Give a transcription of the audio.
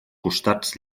costats